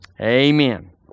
Amen